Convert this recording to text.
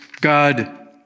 God